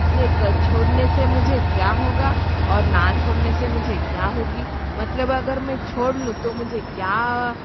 ये छोड़ने से मुझे क्या होगा और ना छोड़ने से मुझे क्या होगा मतलब अगर मैं छोड़ लूँ तो मुझे क्या